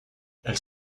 elles